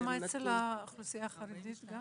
כמה אצל האוכלוסייה החרדית?